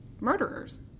murderers